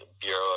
Bureau